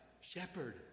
shepherd